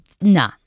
nah